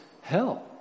hell